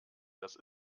dass